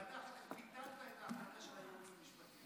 ואתה אחר כך ביטלת את ההחלטה של הייעוץ המשפטי.